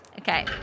Okay